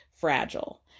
fragile